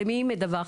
למי היא מדווחת?